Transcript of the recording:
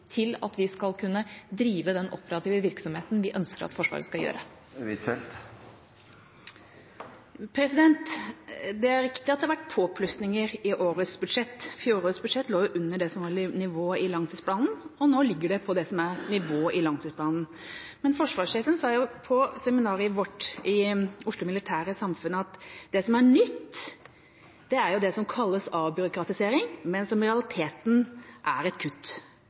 til at vi skal kunne drive den operative virksomheten som vi ønsker at Forsvaret skal gjøre. Det er riktig at det har vært påplussinger i årets budsjett. Fjorårets budsjett lå jo under det som var nivået i langtidsplanen, og nå ligger det på det som er nivået i langtidsplanen. Men forsvarssjefen sa jo på seminaret i Oslo Militære Samfund at det som er nytt, er det som kalles avbyråkratisering, men som i realiteten er et kutt